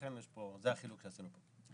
לכן זה החילוק שעשינו כאן.